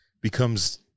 becomes